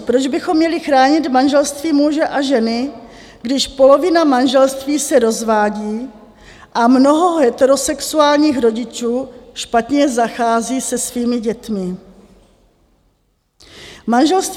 Proč bychom měli chránit manželství muže a ženy, když polovina manželství se rozvádí a mnoho heterosexuálních rodičů špatně zachází se svými dětmi?